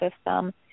system